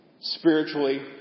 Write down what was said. Spiritually